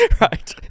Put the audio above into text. Right